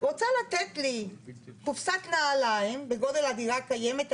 רוצה לתת לי קופסת נעליים בגודל הדירה הקיימת היום,